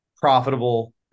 profitable